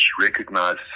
recognized